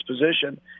position